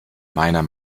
meiner